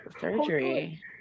Surgery